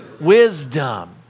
wisdom